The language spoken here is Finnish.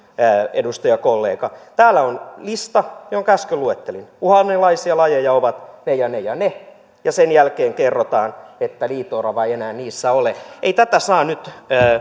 edustajakollega täällä on lista jonka äsken luettelin uhan alaisia lajeja ovat ne ja ne ja ne ja sen jälkeen kerrotaan että liito orava ei enää niissä ole ei tätä saa nyt